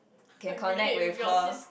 can connect with her